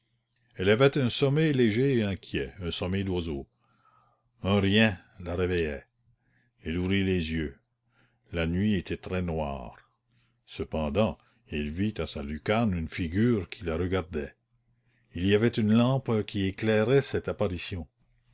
elle avait un sommeil léger et inquiet un sommeil d'oiseau un rien la réveillait elle ouvrit les yeux la nuit était très noire cependant elle vit à sa lucarne une figure qui la regardait il y avait une lampe qui éclairait cette apparition